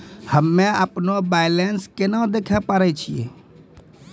हम्मे अपनो बैलेंस केना देखे पारे छियै?